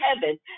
heaven